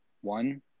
One